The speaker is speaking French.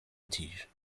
tige